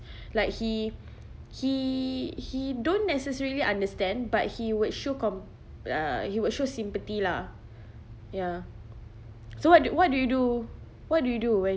like he he he don't necessarily understand but he would show com~ uh he will show sympathy lah ya so what what do you do what do you do when